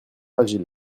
fragiles